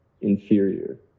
inferior